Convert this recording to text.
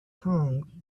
tongue